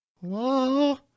Hello